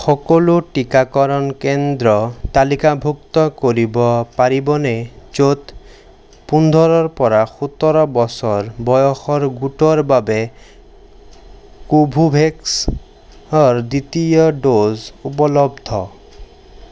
সকলো টীকাকৰণ কেন্দ্ৰ তালিকাভুক্ত কৰিব পাৰিবনে য'ত পোন্ধৰৰ পৰা সোতৰ বছৰ বয়সৰ গোটৰ বাবে কোভোভেক্সৰ দ্বিতীয় ড'জ উপলব্ধ